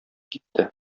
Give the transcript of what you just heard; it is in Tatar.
китте